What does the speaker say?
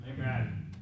Amen